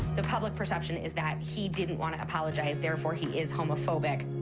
the public perception is that he didn't wanna apologize, therefore he is homophobic.